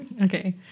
Okay